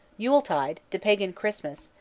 yule-tide, the pagan christmas,